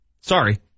Sorry